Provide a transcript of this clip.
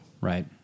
Right